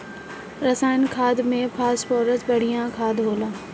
रासायनिक खाद में फॉस्फोरस बढ़िया खाद होला